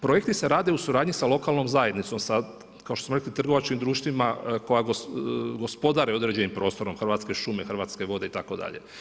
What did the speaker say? Projekti se rade u suradnji sa lokalnom zajednicom, sa kao što smo rekli, trgovačkim društvima koja gospodare određenim prostorom, Hrvatske šume, Hrvatske vode itd.